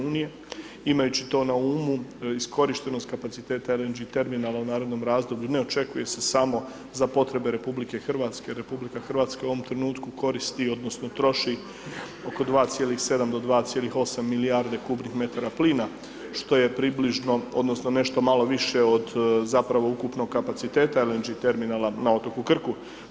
Imajući to na umu iskorištenost kapaciteta LNG terminala u narednom razdoblju ne očekuje se samo za potrebe RH, RH je u ovom trenutku koristi odnosno troši oko 2,7 do 2,8 milijarde kubnih metara plina što je približno odnosno nešto malo više od zapravo ukupnog kapaciteta LNG terminala na otoku Krku.